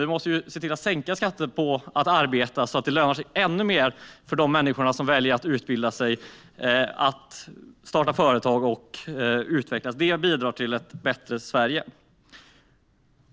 Vi vill sänka skatterna på att arbeta så att det lönar sig ännu mer för de människor som väljer att utbilda sig att starta företag och utvecklas. Det bidrar till ett bättre Sverige.